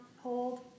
hold